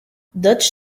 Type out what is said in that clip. dutch